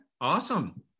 Awesome